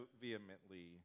vehemently